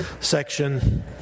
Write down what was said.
section